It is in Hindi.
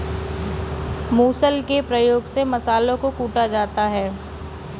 मुसल के प्रयोग से मसालों को कूटा जाता है